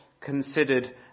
considered